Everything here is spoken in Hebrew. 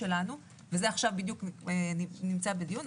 וזה עכשיו בדיוק נמצא בדיון,